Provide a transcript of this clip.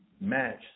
match